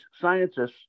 scientists